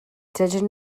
dydyn